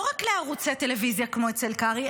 לא רק לערוצי טלוויזיה כמו אצל קרעי,